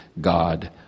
God